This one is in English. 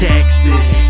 Texas